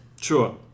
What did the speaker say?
Sure